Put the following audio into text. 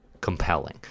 compelling